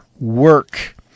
Work